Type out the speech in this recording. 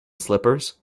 slippers